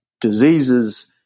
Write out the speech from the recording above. diseases